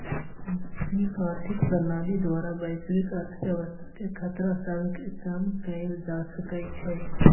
वैश्विक आर्थिक प्रणाली द्वारा वैश्विक अर्थव्यवस्था के खतरा सभके कम कएल जा सकइ छइ